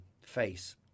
face